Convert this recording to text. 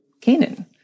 Canaan